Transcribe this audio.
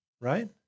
right